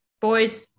boys